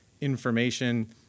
information